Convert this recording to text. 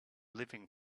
living